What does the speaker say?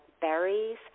berries